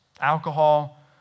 Alcohol